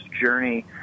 journey